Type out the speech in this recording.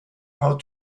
how